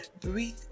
breathe